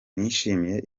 nishimiye